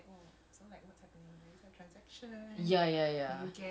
ya so just like oh thanks you know it's like ya